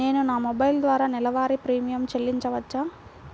నేను నా మొబైల్ ద్వారా నెలవారీ ప్రీమియం చెల్లించవచ్చా?